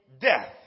death